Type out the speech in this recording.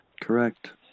Correct